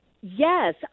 Yes